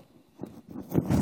בבקשה.